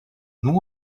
nous